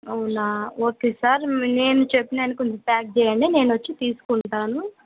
అవునా okay sir నేను చెప్పినవి కొంచెం ప్యాక్ చేయండి నేను వచ్చి తీసుకుంటాను